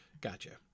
gotcha